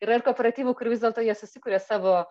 yra ir kooperatyvų kur vis dėlto jie susikuria savo